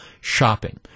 shopping